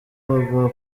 baguha